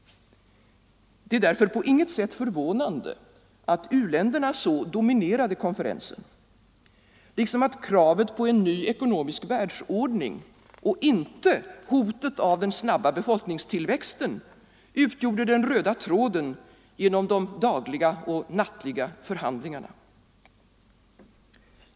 Det är därför på inget sätt förvånande att u-länderna så dominerade konferensen liksom att kravet på en ny ekonomisk världsordning, och inte hotet av den snabba befolkningstillväxten, utgjorde den röda tråden genom de dagliga och nattliga förhandlingarna.